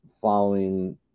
following